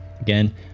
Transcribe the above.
Again